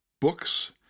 books